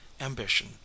ambition